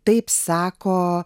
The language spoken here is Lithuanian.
taip sako